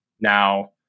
Now